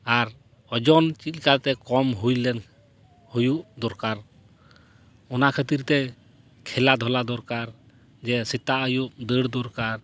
ᱟᱨ ᱳᱡᱳᱱ ᱪᱮᱫ ᱞᱟᱠᱟᱛᱮ ᱠᱚᱢ ᱦᱩᱭ ᱞᱮᱱ ᱦᱩᱭᱩᱜ ᱫᱚᱨᱠᱟᱨ ᱚᱱᱟ ᱠᱷᱟᱹᱛᱤᱨ ᱛᱮ ᱠᱷᱮᱞᱟ ᱫᱷᱩᱞᱟ ᱫᱚᱨᱠᱟᱨ ᱡᱮ ᱥᱮᱛᱟᱜ ᱟᱹᱭᱩᱵ ᱫᱟᱹᱲ ᱫᱚᱨᱠᱟᱨ